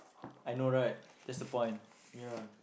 ya